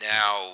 now